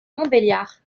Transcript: montbéliard